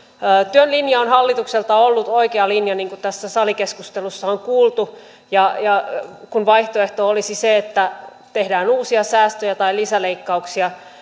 työn linja on hallitukselta ollut oikea linja niin kuin tässä salikeskustelussa on kuultu ja ja kun vaihtoehto olisi se että tehdään uusia säästöjä tai lisäleikkauksia